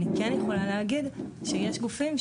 אני כן יכולה להגיד שיש גופים,